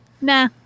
Nah